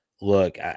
Look